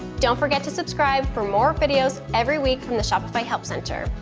don't forget to subscribe for more videos every week from the shopify help center.